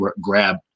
grab